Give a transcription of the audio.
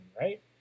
right